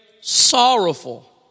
sorrowful